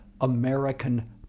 American